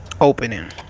Opening